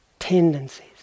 Tendencies